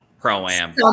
pro-am